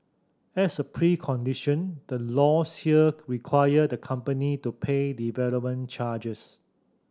as a precondition the laws here require the company to pay development charges